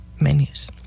menus